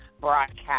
Broadcast